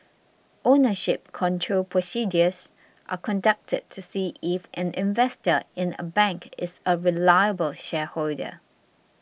ownership control procedures are conducted to see if an investor in a bank is a reliable shareholder